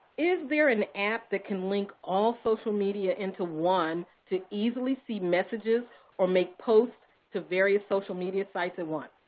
is there an app that can link all social media into one to easily see messages or make posts to various social media sites at once?